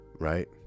right